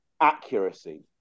accuracy